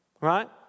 right